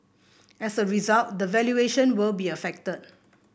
as a result the valuation will be affected